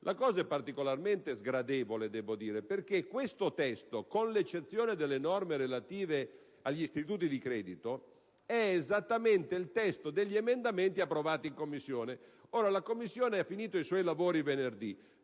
la cosa è particolarmente sgradevole perché questo testo, con l'eccezione delle norme relative agli istituti di credito, è esattamente il testo degli emendamenti approvati in Commissione. La Commissione ha terminato i suoi lavori venerdì: